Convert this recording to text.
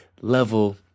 level